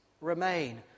remain